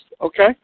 okay